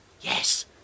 Yes